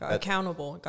Accountable